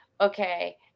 okay